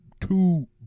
two